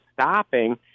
stopping